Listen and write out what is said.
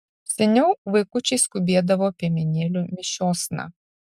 seniau vaikučiai skubėdavo piemenėlių mišiosna